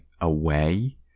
away